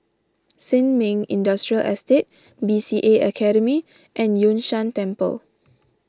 Sin Ming Industrial Estate B C A Academy and Yun Shan Temple